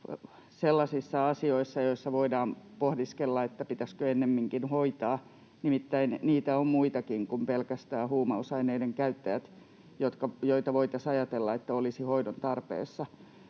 sellaisissa asioissa, joissa voidaan pohdiskella, että pitäisikö ennemminkin hoitaa. Nimittäin niitä on muitakin kuin pelkästään huumausaineiden käyttäjät, joista voitaisiin ajatella, että olisivat hoidon tarpeessa,